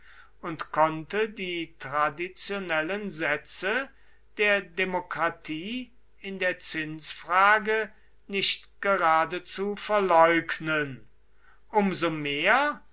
und konnte die traditionellen sätze der demokratie in der zinsfrage nicht geradezu verleugnen um so mehr